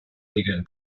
regeln